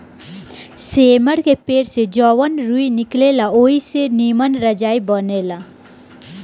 सेमर के पेड़ से जवन रूई निकलेला ओई से निमन रजाई बनेला